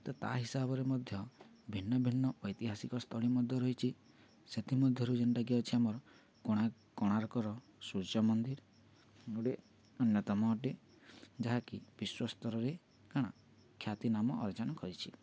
ତ ତା' ହିସାବରେ ମଧ୍ୟ ଭିନ୍ନ ଭିନ୍ନ ଐତିହାସିକ ସ୍ଥଳୀ ମଧ୍ୟ ରହିଛିି ସେଥିମଧ୍ୟରୁ ଯେନ୍ଟାକି ଅଛି ଆମର କୋଣାର୍କର ସୂର୍ଯ୍ୟ ମନ୍ଦିର ଗୋଟେ ଅନ୍ୟତମ ଅଟେ ଯାହାକି ବିଶ୍ୱ ସ୍ତରରେ କାଣା ଖ୍ୟାତି ନାମ ଅର୍ଜନ କରିଛି